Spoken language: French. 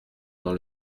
dans